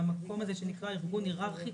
למקום הזה שנקרא "ארגון היררכי",